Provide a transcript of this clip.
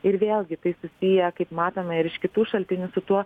ir vėlgi tai susiję kaip matome ir iš kitų šaltinių su tuo